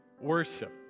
worship